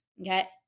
okay